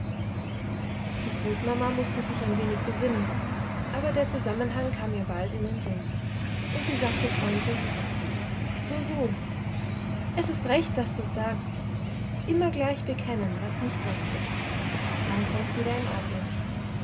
die großmama mußte sich ein wenig besinnen aber der zusammenhang kam ihr bald in den sinn und sie sagte freundlich so so es ist recht daß du's sagst immer gleich bekennen was nicht recht ist dann kommt's wieder in ordnung